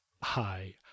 Hi